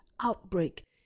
outbreak